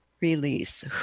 release